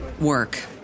work